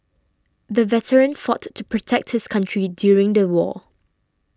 the veteran fought to protect his country during the war